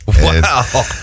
wow